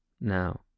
Now